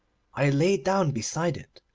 i lay down beside it,